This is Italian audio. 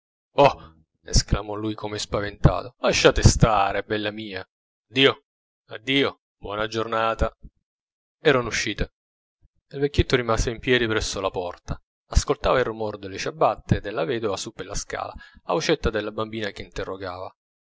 esclamò lui come spaventato lasciate stare bella mia addio addio buona giornata erano uscite il vecchietto rimase impiedi presso la porta ascoltava il rumore delle ciabatte della vedova su per la scala la vocetta della bambina che interrogava